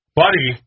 buddy